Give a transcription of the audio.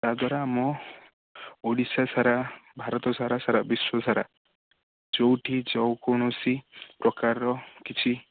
ତା ଦ୍ଵାରା ଆମ ଓଡ଼ିଶା ସାରା ଭାରତ ସାରା ସାରା ବିଶ୍ୱ ସାରା ଯେଉଁଠି ଯେଉଁ କୌଣସି ପ୍ରକାରର କିଛି